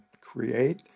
create